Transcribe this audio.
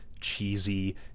cheesy